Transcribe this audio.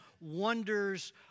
wonders